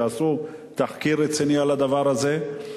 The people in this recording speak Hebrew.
שעשו תחקיר רציני על הדבר הזה.